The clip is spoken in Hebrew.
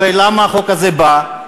הרי למה החוק הזה בא?